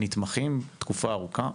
נתמכים תקופה ארוכה,